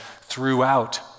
throughout